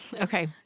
Okay